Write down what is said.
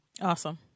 Awesome